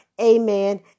Amen